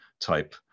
type